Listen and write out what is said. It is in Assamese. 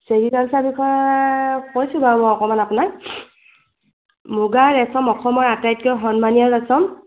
চেৰিকালচাৰ বিষয়ে কৈছোঁ বাৰু অকণমান আপোনাক মুগা ৰেচম অসমৰ আটাইতকৈ সন্মানীয় ৰেছম